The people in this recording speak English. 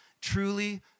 Truly